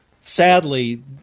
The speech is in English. sadly